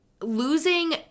Losing